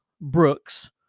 Brooks